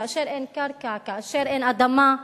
כאשר אין קרקע, כאשר אין אדמה,